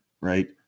right